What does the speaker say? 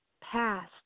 past